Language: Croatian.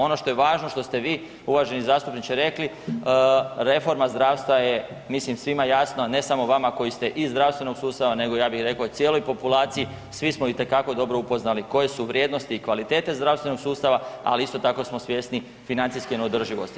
Ono što je važno što ste vi uvaženi zastupniče rekli, reforma zdravstva je mislim svima jasno, ne samo vama koji ste iz zdravstvenog sustava nego ja bih rekao i cijeloj populaciji, svi smo itekako dobro upoznali koje su vrijednosti i kvalitete zdravstvenog sustava, ali isto tako smo svjesni financijske neodrživosti.